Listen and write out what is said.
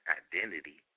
identity